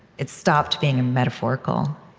it stopped being metaphorical,